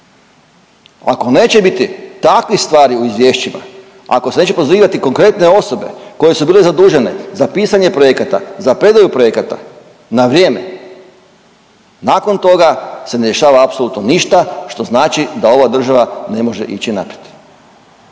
Ako neće biti takvih stvari u izvješćima, ako se neće prozivati konkretne osobe koje su bile zadužene za pisanje projekata, za predaju projekata na vrijeme, nakon toga se ne dešava apsolutno ništa što znači da ova država ne može ići naprijed.